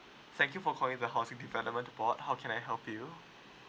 thank you for calling the housing developement board how can I help you